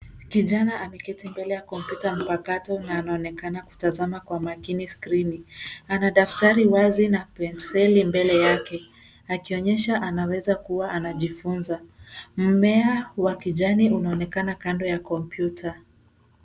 Kijana ameketi mbele ya kompyuta mpakato na anaonekana kutazama kwa makini skrini. Ana daftari wazi na penseli mbele yake akionyesha anaweza kuwa anajifunza. Mmea wa kijani unaonekana kando ya kompyuta.